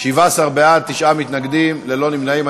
17 בעד, תשעה מתנגדים וללא נמנעים.